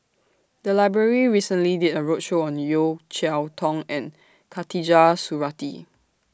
The Library recently did A roadshow on Yeo Cheow Tong and Khatijah Surattee